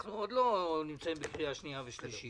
אנחנו עוד לא בקריאה שנייה ושלישית.